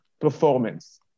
performance